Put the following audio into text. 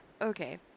Okay